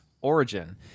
origin